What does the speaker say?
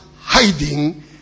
hiding